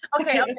okay